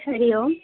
हरिः ओम्